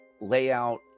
layout